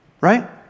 Right